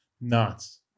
Nuts